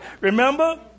Remember